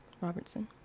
Robertson